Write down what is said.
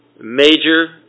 major